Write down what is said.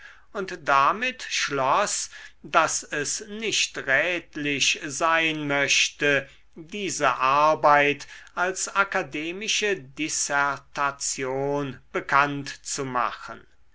und damit schloß daß es nicht rätlich sein möchte diese arbeit als akademische dissertation bekannt zu machen